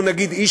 מתנגדים.